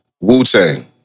Wu-Tang